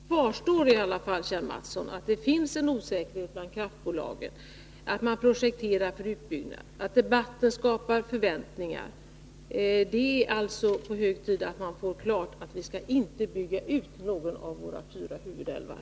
Herr talman! Faktum kvarstår i alla fall, Kjell Mattsson: det finns en osäkerhet bland kraftbolagen, man projekterar för utbyggnad, och debatten skapar förväntningar. Det är alltså hög tid att få klart utsagt att vi inte skall bygga ut någon av våra fyra huvudälvar.